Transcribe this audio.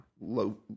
low